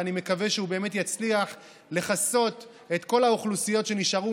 ואני מקווה שהוא באמת יצליח לכסות את כל האוכלוסיות שנשארו